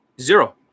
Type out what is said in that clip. Zero